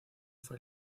fue